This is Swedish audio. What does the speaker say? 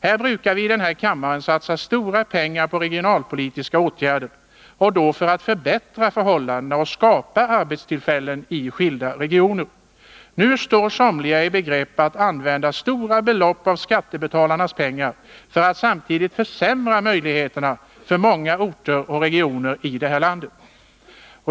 Här brukar vi i denna kammare satsa stora pengar på regionalpolitiska åtgärder, och då för att förbättra förhållanden och skapa arbetstillfällen i skilda regioner. Nu står somliga i begrepp att använda stora belopp av skattebetalarnas pengar för att försämra möjligheterna för många orter och regioner i detta land.